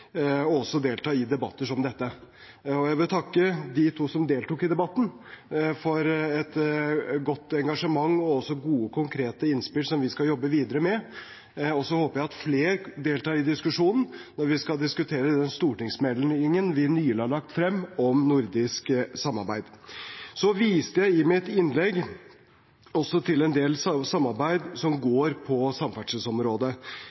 og å delta i debatter som dette. Jeg vil takke de to som deltok i debatten, for et godt engasjement og gode konkrete innspill som vi skal jobbe videre med. Jeg håper flere deltar i diskusjonen når vi skal diskutere den stortingsmeldingen vi nylig har lagt frem om nordisk samarbeid. Jeg viste i mitt innlegg også til en del samarbeid